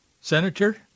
Senator